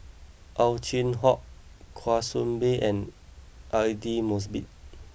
Ow Chin Hock Kwa Soon Bee and Aidli Mosbit